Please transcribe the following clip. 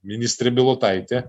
ministrė bilotaitė